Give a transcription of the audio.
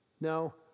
Now